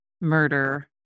murder